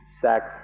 sex